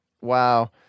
Wow